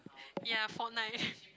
ya fortnite